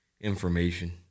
Information